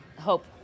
hope